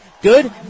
Good